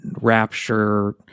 rapture